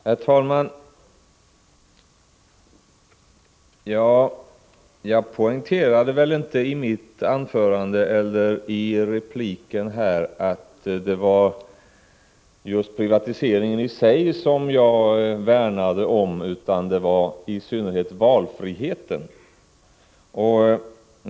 Herr talman! Jag poängterade inte i mitt anförande eller i repliken att det var just privatiseringen i sig som jag värnade om, utan det var i synnerhet valfriheten.